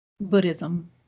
Buddhism